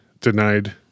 denied